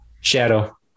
Shadow